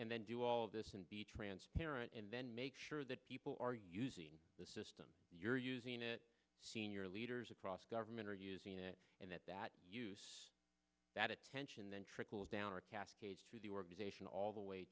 and then do all this and be transparent and then make sure that people are using the system you're using it senior leaders across government are using it and that that use that attention then trickles down or cascades to the organization all the way